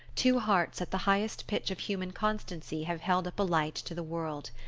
two hearts at the highest pitch of human constancy have held up a light to the world.